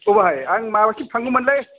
बबेहाय आं माबासिम थांगौमोनलै